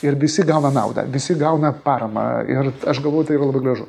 ir visi gauna naudą visi gauna paramą ir aš galvoju tai yra labai gražu